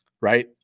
right